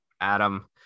Adam